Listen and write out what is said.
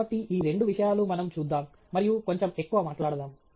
కాబట్టి ఈ రెండు విషయాలు మనం చూద్దాం మరియు కొంచెం ఎక్కువ మాట్లాడదాము